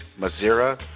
Mazira